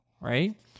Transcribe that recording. right